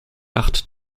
acht